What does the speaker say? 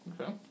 Okay